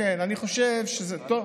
כן, אני חושב שזה טוב,